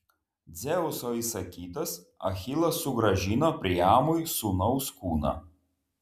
dzeuso įsakytas achilas sugrąžino priamui sūnaus kūną